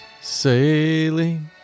Sailing